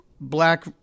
black